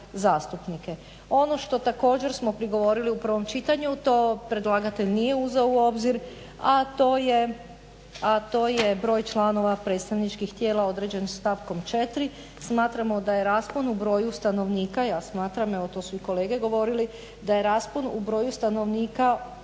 Ono što također smo prigovorili u prvom čitanju, to predlagatelj nije u obzir, a to je broj članova predstavničkih tijela određen stavkom 4., smatramo da je raspon u broju stanovnika ja smatram, evo to su i kolege govorili, da je raspon u broju stanovnika jedan